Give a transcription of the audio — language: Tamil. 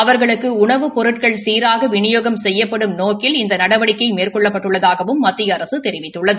அவர்களுக்கு உணவு பொருட்கள் சீராக விநியோகம் செய்யப்படும் நோக்கில் இந்த நடவடிக்கை மேற்கொள்ளப்பட்டுள்ளதாகவும் மத்திய அரசு தெரிவித்துள்ளது